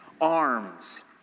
arms